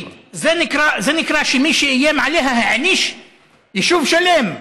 זה נקרא שמי שאיים עליה העניש יישוב שלם.